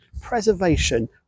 preservation